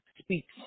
speaks